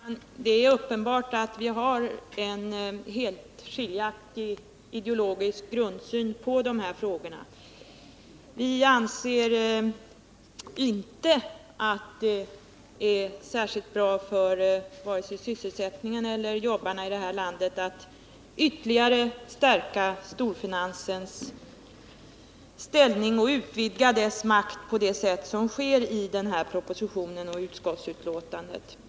Herr talman! Det är uppenbart att vi har en helt skiljaktig ideologisk grundsyn när det gäller de här frågorna. Vpk anser inte att det är särskilt bra för vare sig sysselsättningen eller arbetarna i det här landet att ytterligare stärka storfinansens ställning och utvidga dess makt på det sätt som skulle ske, om man följde propositionen och utskottsbetänkandet.